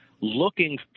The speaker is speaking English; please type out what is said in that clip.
looking